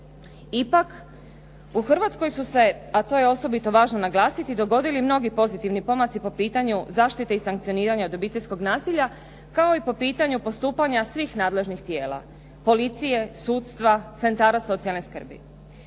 Ipak, u Hrvatskoj su se, a to je osobito važno naglasiti, dogodili mnogi pozitivni pomaci po pitanju zaštite i sankcioniranja od obiteljskog nasilja, kao i po pitanju postupanja svih nadležnih tijela. Policije, sudstva, centara socijalne skrbi.